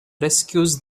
rescues